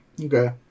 Okay